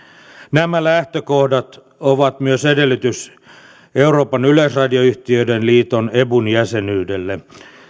nämä lähtökohdat ovat myös edellytys euroopan yleisradioyhtiöiden liiton ebun jäsenyydelle